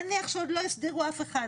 נניח שעוד לא הסדירו אף אחד